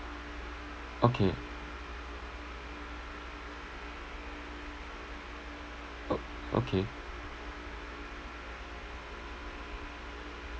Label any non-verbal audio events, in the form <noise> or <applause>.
okay <noise> okay